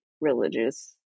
religious